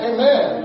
Amen